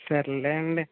సర్లేండి